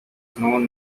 known